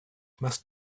must